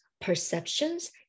perceptions